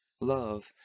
love